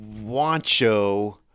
Wancho